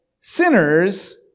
sinners